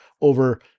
over